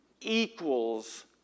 equals